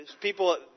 people